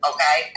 Okay